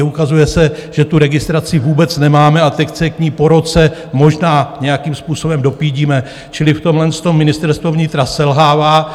Ukazuje se, že registraci vůbec nemáme, a teď se k ní po roce možná nějakým způsobem dopídíme, čili v tomhle tom Ministerstvo vnitra selhává.